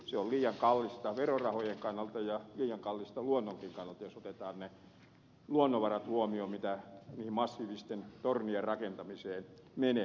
se on liian kallista verorahojen kannalta ja liian kallista luonnonkin kannalta jos otetaan ne luonnonvarat huomioon mitä niiden massiivisten tornien rakentamiseen menee